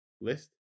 list